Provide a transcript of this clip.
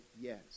yes